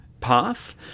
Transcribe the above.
path